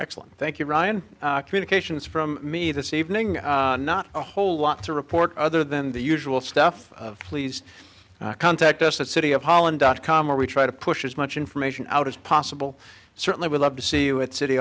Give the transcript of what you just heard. excellent thank you ryan communications from me this evening not a whole lot to report other than the usual stuff please contact us the city of holland dot com where we try to push as much information out as possible certainly we love to see you at city